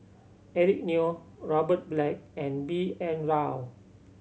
Eric Neo Robert Black and B N Rao